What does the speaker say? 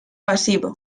pasivo